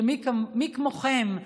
שמי כמוכם,